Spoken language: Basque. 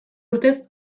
urtez